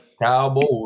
Cowboys